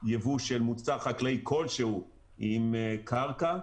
יבוא של מוצר חקלאי כלשהו עם קרקע.